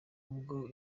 ubwo